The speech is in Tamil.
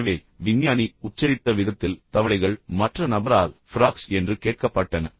எனவே விஞ்ஞானி உச்சரித்த விதத்தில் தவளைகள் மற்ற நபரால் ஃப்ராக்ஸ் என்று கேட்கப்பட்டன